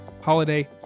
holiday